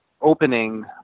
opening